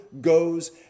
goes